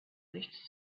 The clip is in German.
nichts